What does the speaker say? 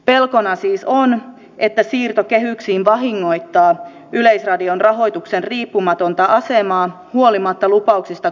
pelkona siis on että siirto kehyksiin vahingoittaa yleisradion rahoituksen riippumatonta asemaa huolimatta lupauksista kunnioittaa sitä